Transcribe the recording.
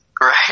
Right